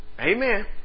Amen